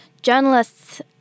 journalists